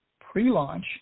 pre-launch